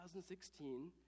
2016